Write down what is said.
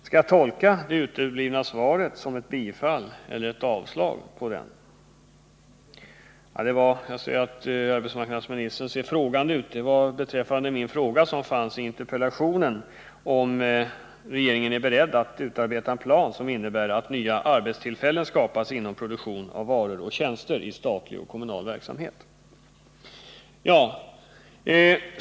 Skall jag tolka det uteblivna svaret som ett bifall till eller ett avslag på förslaget om en sådan plan? Jag märker att arbetsmarknadsministern ser frågande ut. Jag tänker på den fråga som fanns med i min interpellation, om regeringen var beredd att utarbeta en plan som innebär att nya arbetstillfällen skapas inom produktion av varor och tjänster i statlig och kommunal verksamhet.